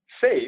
safe